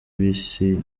bisi